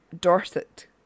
Dorset